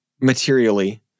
materially